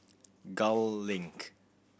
Gul Link